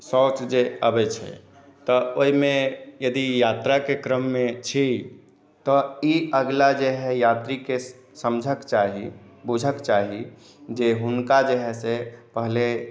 शौच जे अबै छै तऽ ओहिमे यदि यात्रा के क्रम मे छी तऽ ई अगला जे हय यात्री के समझक चाही बुझक चाही जे हुनका जे है से पहले